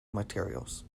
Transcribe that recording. materials